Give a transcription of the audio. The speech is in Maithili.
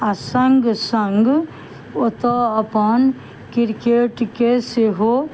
आ सङ्ग सङ्ग ओतऽ अपन क्रिकेटके सेहो